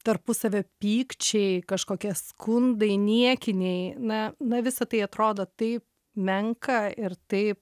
tarpusavio pykčiai kažkokie skundai niekiniai na na visa tai atrodo taip menka ir taip